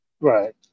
right